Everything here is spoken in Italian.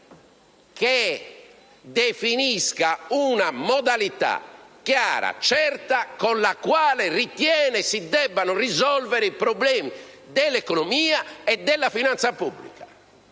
che definisca una modalità chiara, certa, con la quale ritiene si debbano risolvere i problemi dell'economia e della finanza pubblica.